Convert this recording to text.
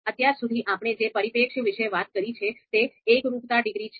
અત્યાર સુધી આપણે જે પરિપ્રેક્ષ્ય વિશે વાત કરી છે તે એકરૂપતા ડિગ્રી છે